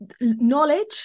knowledge